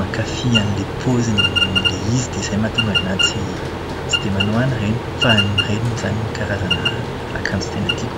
mankafy an'ilay paozin'ilay izy dia izay no mahatonga anahy tsy dia manao an'ireny. Fa ireny no karazana akanjo tena tiako.